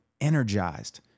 energized